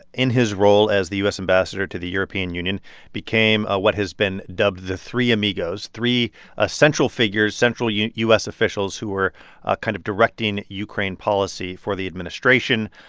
in his role as the u s. ambassador to the european union, became ah what has been dubbed the three amigos three ah central figures central u u s. officials who were kind of directing ukraine policy for the administration.